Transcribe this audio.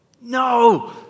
No